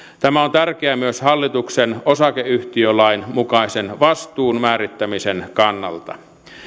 tämä on tärkeää myös hallituksen osakeyhtiölain mukaisen vastuun määrittämisen kannalta